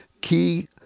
key